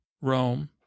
Rome